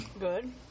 Good